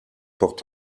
portent